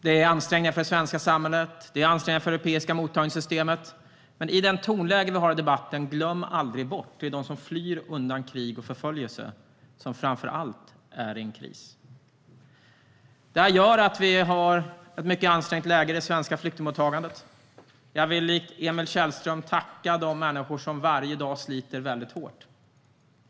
Det är ansträngande för det svenska samhället och för det europeiska mottagningssystemet, men i debatten får vi aldrig glömma att det framför allt är de som flyr undan krig och förföljelse som är i kris. Vi har som sagt ett ansträngt läge i det svenska flyktingmottagandet, och jag vill likt Emil Källström tacka de människor som varje dag sliter hårt.